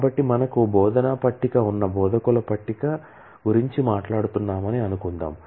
కాబట్టి మనకు బోధనా టేబుల్ ఉన్న బోధకుల టేబుల్ గురించి మాట్లాడుతున్నామని అనుకుందాం